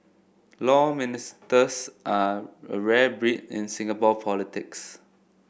Law Ministers are a rare breed in Singapore politics